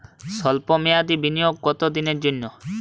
সল্প মেয়াদি বিনিয়োগ কত দিনের জন্য?